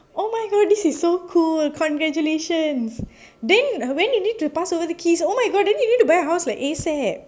oh my god this is so cool congratulations then when you need to pass over the keys oh my god then you need the buy a house like ASAP